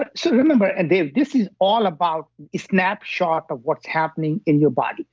but so remember and dave, this is all about snapshot of what's happening in your body,